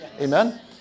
Amen